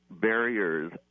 Barriers